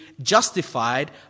justified